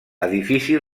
edifici